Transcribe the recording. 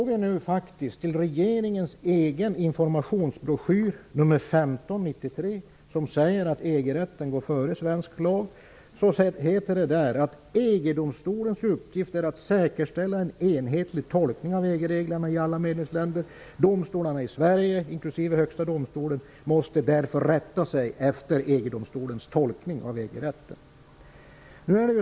Går man till regeringens egen informationsbroschyr nr 15 1993, som säger att EG rätten går före svensk lag, står där: EG-domstolens uppgift är att säkerställa en enhetlig tolkning av Sverige, även Högsta domstolen, måste därför rätta sig efter EG-domstolens tolkning av EG-rätten.